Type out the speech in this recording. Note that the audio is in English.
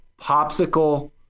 popsicle